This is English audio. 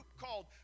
called